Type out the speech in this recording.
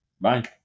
Bye